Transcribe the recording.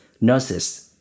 nurses